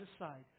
aside